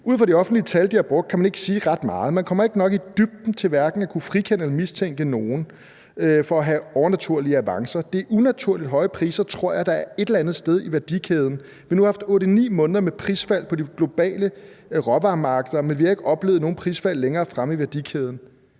»Ud fra de offentlige tal, de har brugt, kan man ikke sige ret meget. Man kommer ikke nok i dybden til hverken at kunne frikende eller mistænke nogen for at have overnaturlige avancer.« Og videre: Det er unaturligt høje priser, tror jeg, der et eller andet sted i værdikæden. Vi har nu haft 8-9 måneder med prisfald på de globale råvaremarkeder, men vi har ikke oplevet nogen prisfald længere fremme i værdikæden.